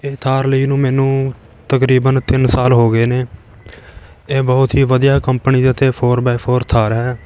ਇਹ ਥਾਰ ਲਈ ਨੂੰ ਮੈਨੂੰ ਤਕਰੀਬਨ ਤਿੰਨ ਸਾਲ ਹੋ ਗਏ ਨੇ ਇਹ ਬਹੁਤ ਹੀ ਵਧੀਆ ਕੰਪਨੀ ਦੇ ਉੱਤੇ ਫੋਰ ਵਾਏ ਫੋਰ ਥਾਰ ਹੈ